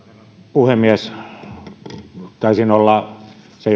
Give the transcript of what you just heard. puhemies taisin olla